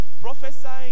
prophesying